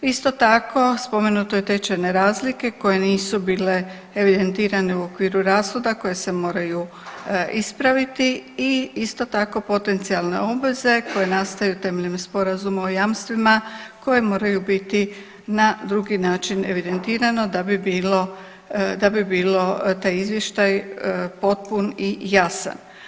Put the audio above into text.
Isto tako spomenuto je tečajne razlike koje nisu bile evidentirane u okviru rashoda koje se moraju ispraviti i isto tako potencijalne obveze koje nastaju temeljem sporazuma o jamstvima koji moraju biti na drugi način evidentirano da bi bilo, da bi bilo taj izvještaj potpun i jasan.